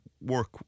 work